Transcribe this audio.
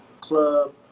club